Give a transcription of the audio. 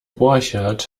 borchert